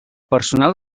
personal